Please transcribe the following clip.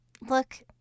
Look